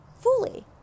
fully